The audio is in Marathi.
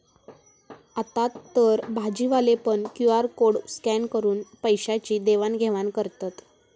आतातर भाजीवाले पण क्यु.आर कोड स्कॅन करून पैशाची देवाण घेवाण करतत